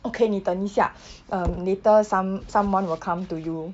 okay 你等一下 um later some someone will come to you